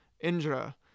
Indra